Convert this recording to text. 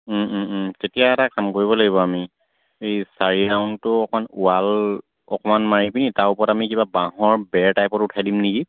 তেতিয়া এটা কাম কৰিব লাগিব আমি এই চাৰি ৰাউণ্ডটো অকণমান ৱাল অকণমান মাৰি পিনি তাৰ ওপৰত আমি কিবা বাঁহৰ বেৰ টাইপত উঠাই দিম নেকি